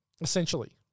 essentially